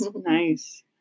Nice